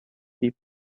deep